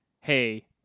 hey